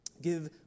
Give